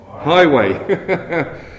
highway